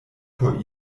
por